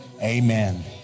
Amen